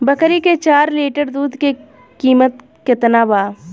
बकरी के चार लीटर दुध के किमत केतना बा?